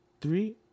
three